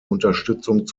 unterstützung